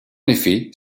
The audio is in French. effet